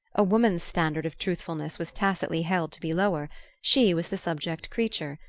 a woman's standard of truthfulness was tacitly held to be lower she was the subject creature,